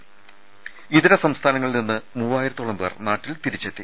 ത ഇതര സംസ്ഥാനങ്ങളിൽ നിന്ന് മൂവ്വായിരത്തോളം പേർ നാട്ടിൽ തിരിച്ചെത്തി